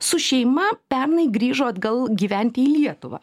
su šeima pernai grįžo atgal gyventi į lietuvą